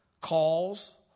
calls